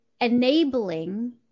enabling